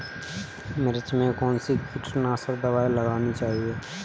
मिर्च में कौन सी कीटनाशक दबाई लगानी चाहिए?